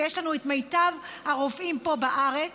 ויש לנו מיטב הרופאים פה בארץ,